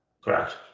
Correct